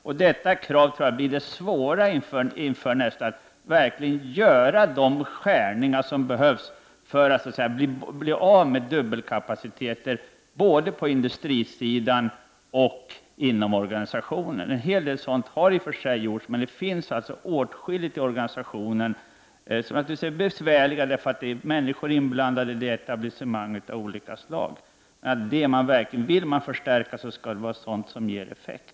Jag tror att det svåra nu blir att göra de nedskärningar som är nödvändiga för att så att säga bli av med dubbelkapaciteten både på industrisidan och inom organisationen. En hel del sådant har i och för sig gjorts, men det finns åtskilligt i organisationen som är besvärligt — det är människor inblandade och det är fråga om etablissemang av olika slag. Vill man verkligen förstärka försvaret, skall det vara fråga om sådant som ger effekt.